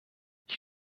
ich